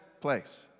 place